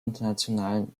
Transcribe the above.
internationalen